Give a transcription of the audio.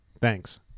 Thanks